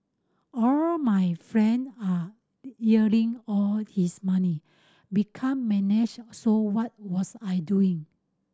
all my friend are all his money become manage so what was I doing